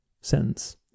sentence